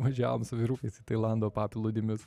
važiavom su vyrukais į tailando paplūdimius